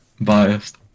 biased